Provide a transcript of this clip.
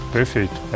Perfeito